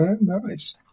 nice